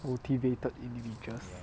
motivated individuals